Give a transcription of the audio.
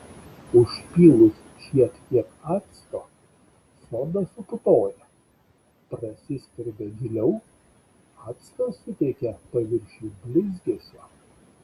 užpylus šiek tiek acto soda suputoja prasiskverbia giliau actas suteikia paviršiui blizgesio